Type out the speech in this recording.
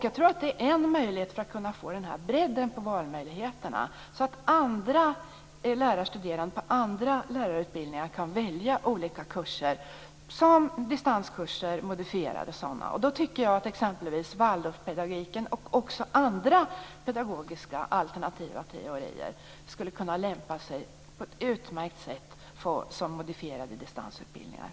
Jag tror att det är en möjlighet för att kunna få en bredd på valmöjligheterna, så att andra lärarstuderande på andra lärarutbildningar kan välja olika kurser som modifierade distanskurser. Och då tycker jag att exempelvis Waldorfpedagogiken och också andra pedagogiska alternativa teorier skulle kunna lämpa sig på ett utmärkt sätt som modifierade distansutbildningar.